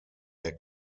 der